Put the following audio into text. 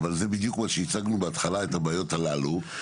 אבל זה בדיוק מה שהצגנו בהתחלה, על הבעיות הללו.